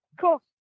cool